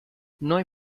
noi